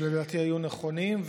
שלדעתי היו נכונים,